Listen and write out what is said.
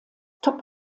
top